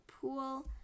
pool